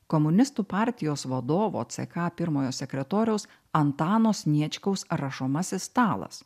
komunistų partijos vadovo ck pirmojo sekretoriaus antano sniečkaus rašomasis stalas